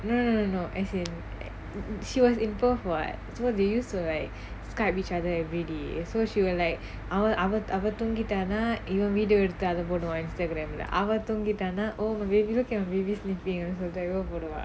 no no no as in she was in perth [what] so they used to like Skype each other every day so she will like அவ அவ அவ தூங்கிட்டானா இவன்:ava ava ava thoongitaanaa ivan video எடுத்து அத போடுவான்:eduthu atha poduvaan Instagram leh அவ தூங்கிட்டானா:ava thoongitaanaa oh look at my baby sleeping அப்பிடி சொல்லிட்டு இவ போடுவா:appidi solittu iva poduvaa